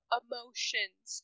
emotions